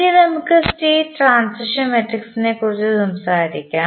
ഇനി നമുക്ക് state transition മാട്രിക്സിനെക്കുറിച്ച് സംസാരിക്കാം